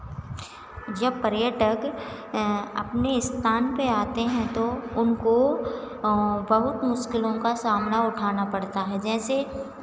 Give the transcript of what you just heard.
जब पर्यटक अपने स्थान पे आते हैं तो उनको बहुत मुश्किलों का सामना उठाना पड़ता है जैसे